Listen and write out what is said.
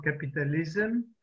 capitalism